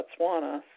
Botswana